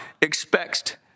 expects